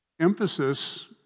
emphasis